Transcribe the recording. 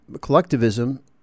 collectivism